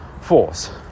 force